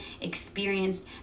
experienced